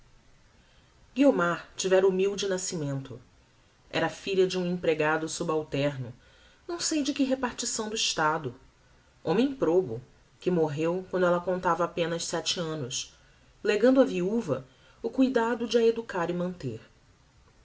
meninice guiomar tivera humilde nascimento era filha de um empregado subalterno não sei de que repartição do estado homem probo que morreu quando ella contava apenas sete annos legando á viuva o cuidado de a educar e manter